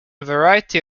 variety